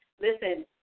Listen